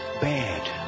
bad